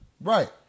right